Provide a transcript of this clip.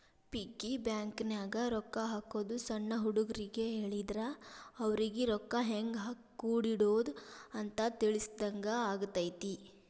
piggy ಬ್ಯಾಂಕನ್ಯಾಗ ರೊಕ್ಕಾ ಹಾಕೋದು ಸಣ್ಣ ಹುಡುಗರಿಗ್ ಹೇಳಿದ್ರ ಅವರಿಗಿ ರೊಕ್ಕಾ ಹೆಂಗ ಕೂಡಿಡೋದ್ ಅಂತ ತಿಳಿಸಿದಂಗ ಆಗತೈತಿ